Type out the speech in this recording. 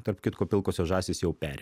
tarp kitko pilkosios žąsys jau peri